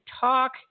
talk